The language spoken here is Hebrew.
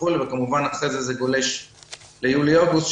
וכמובן אחרי כן זה גולש ליולי אוגוסט,